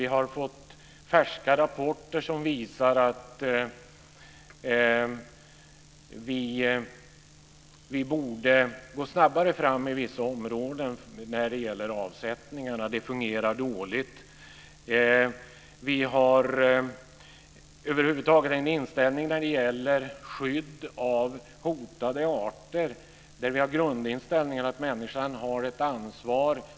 Vi har fått färska rapporter som visar att vi borde gå snabbare fram inom vissa områden när det gäller avsättningarna. Det fungerar dåligt. Vi har över huvud taget en attityd när det gäller skydd av hotade arter där vi har grundinställningen att människan har ett ansvar.